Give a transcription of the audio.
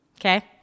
okay